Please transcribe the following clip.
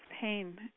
pain